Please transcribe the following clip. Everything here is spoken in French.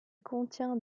contient